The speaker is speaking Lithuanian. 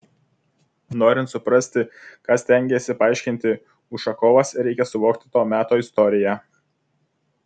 norint suprasti ką stengėsi paaiškinti ušakovas reikia suvokti to meto istoriją